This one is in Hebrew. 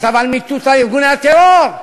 כתב על מיטוט ארגוני הטרור.